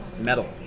metal